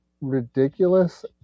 ridiculous